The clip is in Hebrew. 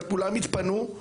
כולם התפנו על